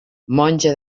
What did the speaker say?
monja